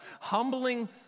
humbling